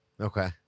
Okay